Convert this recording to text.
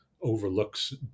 overlooks